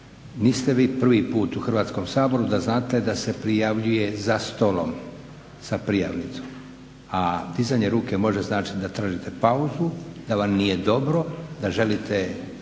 Niste vi prvi puta u Hrvatskom saboru da znate da se prijavljuje za stolom sa prijavnicom, a dizanje ruke može značiti da tražite pauzu, da vam nije dobro, da želite